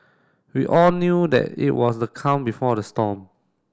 we all knew that it was the calm before the storm